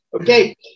Okay